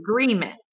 agreement